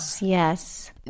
yes